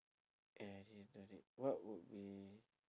eh what would be